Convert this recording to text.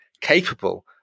capable